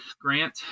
grant